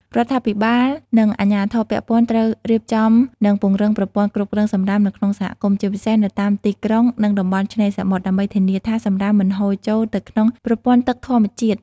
រដ្ឋាភិបាលនិងអាជ្ញាធរពាក់ព័ន្ធត្រូវរៀបចំនិងពង្រឹងប្រព័ន្ធគ្រប់គ្រងសំរាមនៅក្នុងសហគមន៍ ជាពិសេសនៅតាមទីក្រុង និងតំបន់ឆ្នេរសមុទ្រ ដើម្បីធានាថាសំរាមមិនហូរចូលទៅក្នុងប្រព័ន្ធទឹកធម្មជាតិ។